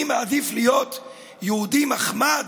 אני מעדיף להיות יהודי מחמד,